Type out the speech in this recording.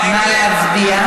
נא להצביע.